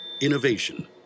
Innovation